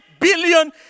billion